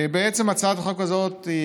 בעצם הצעת החוק הזאת,